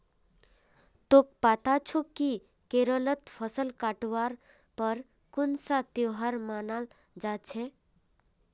तोक पता छोक कि केरलत फसल काटवार पर कुन्सा त्योहार मनाल जा छे